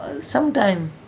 sometime